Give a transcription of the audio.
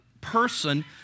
person